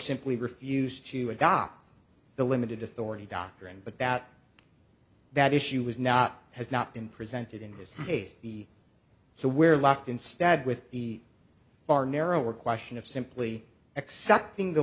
simply refused to adopt the limited authority doctrine but that that issue was not has not been presented in this case the so where locked instead with the far narrower question of simply accepting the